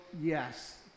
yes